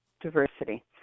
diversity